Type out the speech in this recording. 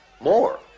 More